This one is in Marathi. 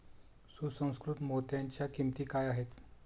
सुसंस्कृत मोत्यांच्या किंमती काय आहेत